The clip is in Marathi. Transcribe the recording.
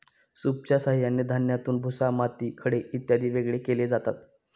सूपच्या साहाय्याने धान्यातून भुसा, माती, खडे इत्यादी वेगळे केले जातात